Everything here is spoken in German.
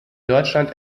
deutschland